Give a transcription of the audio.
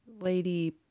lady